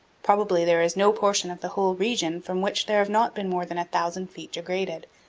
probably there is no portion of the whole region from which there have not been more than a thousand feet degraded,